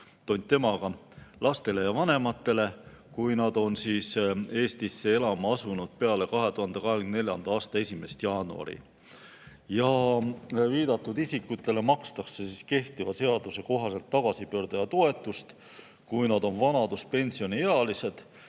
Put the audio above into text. tont temaga –, lastele ja vanematele, kui nad on Eestisse elama asunud peale 2024. aasta 1. jaanuari. Viidatud isikutele makstakse kehtiva seaduse kohaselt tagasipöörduja toetust, kui nad on vanaduspensioniealised